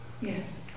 Yes